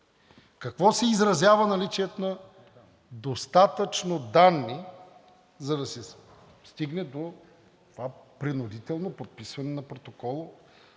какво се изразява „наличието на достатъчно данни“, за да се стигне до това принудително подписване на протокол,